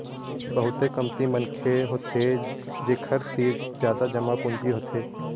बहुते कमती मनखे होथे जेखर तीर जादा जमा पूंजी होथे